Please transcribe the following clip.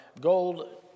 gold